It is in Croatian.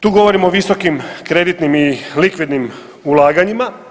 Tu govorimo o visokim kreditnim i likvidnim ulaganjima.